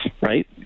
right